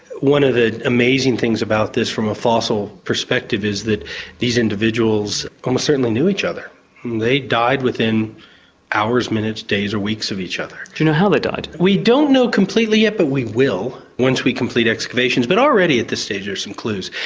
one of the amazing things about this from a fossil perspective is that these individuals almost certainly knew each other and they died within hours, minutes, days or weeks of each other. do you know how they died? we don't know completely yet but we will once we complete excavations. but already at this stage there are some clues.